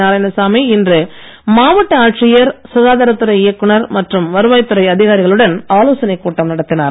நாராயணசாமி இன்று மாவட்ட ஆட்சியர் சுகாதாரத் துறை இயக்குனர் மற்றும் வருவாய் துறை அதிகாரிகளுடன் ஆலோசனைக் கூட்டம் நடத்தினார்